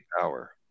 power